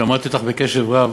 שמעתי אותך בקשב רב.